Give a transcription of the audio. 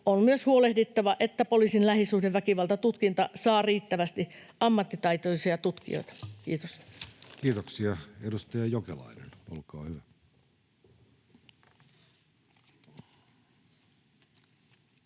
on myös huolehdittava, että poliisin lähisuhdeväkivaltatutkinta saa riittävästi ammattitaitoisia tutkijoita. — Kiitos. [Speech 342] Speaker: Jussi